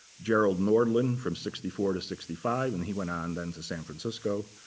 gerald nordland from sixty four to sixty five and he went on then to san francisco,